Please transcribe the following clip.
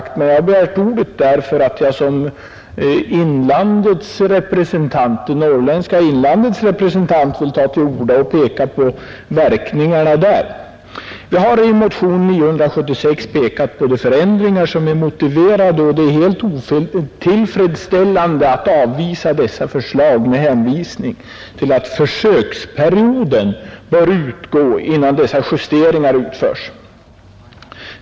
Jag har emellertid begärt ordet därför att jag som det norrländska inlandets representant ville ta till orda och peka på verkningarna av transportstödet i inlandet. Vi har i motionen 976 pekat på de förändringar som är motiverade, och det är helt otillfredsställande att avvisa dessa förslag med hänvisning till att försöksperioden bör utgå innan dessa justeringar utförs.